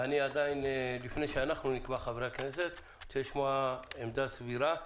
לפני שחברי הכנסת יקבעו אני רוצה לשמוע עמדה סבירה.